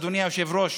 אדוני היושב-ראש,